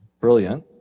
brilliant